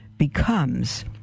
becomes